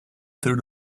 through